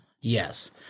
Yes